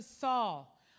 Saul